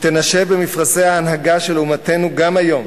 שתנשב במפרשי ההנהגה של אומתנו גם היום